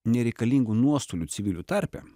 nereikalingų nuostolių civilių tarpe